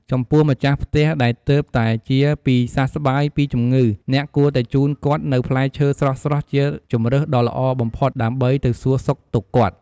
ចំពោះម្ចាស់ផ្ទះដែលទើបតែជាពីសះស្បើយពីជំងឺអ្នកគួរតែជូនគាត់នូវផ្លែឈើស្រស់ៗជាជម្រើសដ៏ល្អបំផុតដើម្បីទៅសូរសុខទុក្ខគាត់។